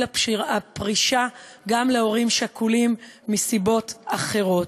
הפרישה גם להורים שכולים מסיבות אחרות.